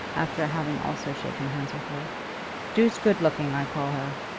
after having also shaken hands with her doosed good-looking, i call her.